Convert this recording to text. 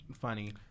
funny